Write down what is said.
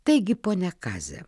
taigi ponia kaze